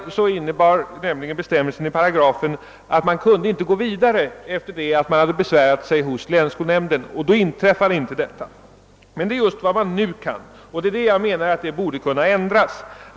Ifrågavarande paragraf i den gamla stadgan innebar nämligen, att man inte kunde gå vidare med ett ärende sedan man besvärat sig hos länsskolnämnden, och om denna paragraf hade gällt skulle det som nu förekommit inte ha kunnat inträffa. Nu är detta emellertid möjligt, och det är det som jag menar att man borde kunna ändra på.